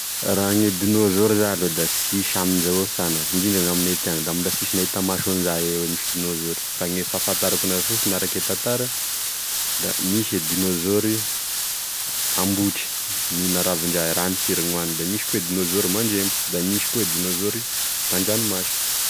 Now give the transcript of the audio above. Ra gne dinôzôro za loha da sisy amzao e sagna ndrindra na aminay ty ana da mbola sisy nahita maso anzay e misy dinôzôro fa gne fahafatarako anazy fosiny arake ny tantara da misy e dinôzoro ambotry mihina ravindra raha misiry gne oaniny da misy koa dinôzôro mandrembo da misy koa e dinôzôro tandranomasy